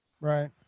Right